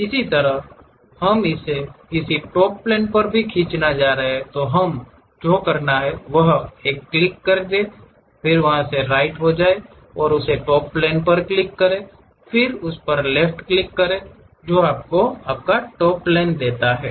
इसी तरह अगर हम इसे किसी टॉप प्लेन पर खींचने जा रहे हैं तो हमें जो करना है वह एक क्लिक देना है जो राइट है उस टॉप प्लेन पर क्लिक करें फिर उस पर लेफ्ट क्लिक करें जो आपको टॉप प्लेन देता है